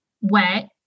wet